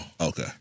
Okay